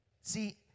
See